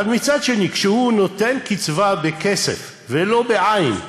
אבל מצד שני, כשהוא נותן קצבה בכסף, ולא בעין,